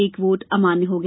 एक वोट अमान्य हो गया